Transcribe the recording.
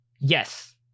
Yes